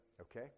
okay